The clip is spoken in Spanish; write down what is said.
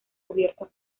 cubiertos